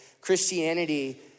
Christianity